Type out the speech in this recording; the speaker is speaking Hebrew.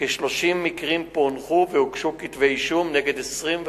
כ-30 מקרים פוענחו והוגשו כתבי אישום ב-25 מקרים.